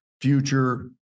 future